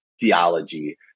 theology